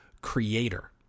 creator